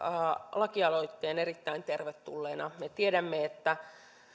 laki aloitteen erittäin tervetulleena me tiedämme että